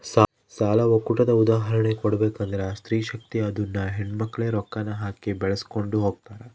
ಸಾಲ ಒಕ್ಕೂಟದ ಉದಾಹರ್ಣೆ ಕೊಡ್ಬಕಂದ್ರ ಸ್ತ್ರೀ ಶಕ್ತಿ ಅದುನ್ನ ಹೆಣ್ಮಕ್ಳೇ ರೊಕ್ಕಾನ ಹಾಕಿ ಬೆಳಿಸ್ಕೊಂಡು ಹೊಗ್ತಾರ